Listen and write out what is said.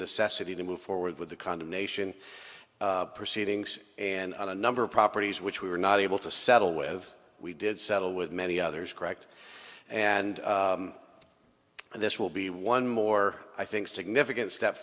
necessity to move forward with the condemnation proceedings and on a number of properties which we were not able to settle with we did settle with many others correct and this will be one more i think significant step